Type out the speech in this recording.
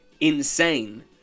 insane